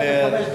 הוא אומר,